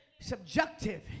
Subjective